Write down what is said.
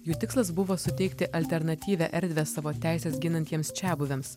jų tikslas buvo suteikti alternatyvią erdvę savo teises ginantiems čiabuviams